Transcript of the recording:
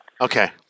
okay